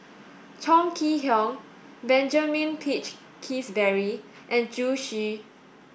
Chong Kee Hiong Benjamin Peach Keasberry and Zhu Xu